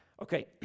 Okay